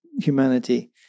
humanity